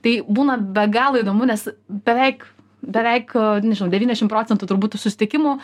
tai būna be galo įdomu nes beveik beveik nežinau devyniasdešim procentų turbūt susitikimų